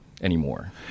anymore